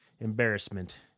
embarrassment